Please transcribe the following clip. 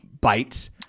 bites